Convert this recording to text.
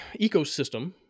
ecosystem